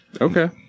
Okay